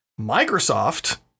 Microsoft